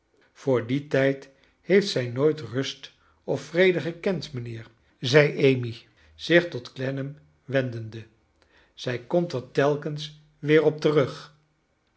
voor dien tijd heeft zij nooit rust of vrede gekend mijnheer zei amy zich tot clennam wendende zij komt er telkens weer op terug